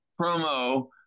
promo